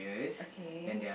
okay